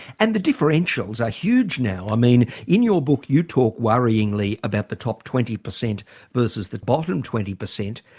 and the differentials are huge now. i mean, in your book you talk worryingly about the top twenty per cent versus the bottom twenty per cent.